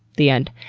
the end.